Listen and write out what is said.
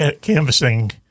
canvassing